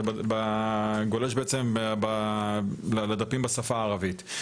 גולש לדפים בשפה הערבית.